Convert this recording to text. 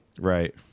Right